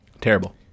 Terrible